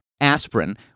aspirin